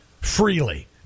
freely